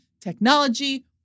technology